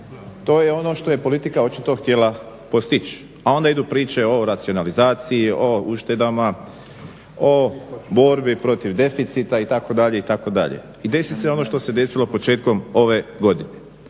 To je ono što je politika očito htjela postići, a onda idu priče o racionalizaciji, o uštedama, o borbi protiv deficita itd. itd. I desi se ono što se desilo početkom ove godine.